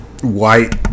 white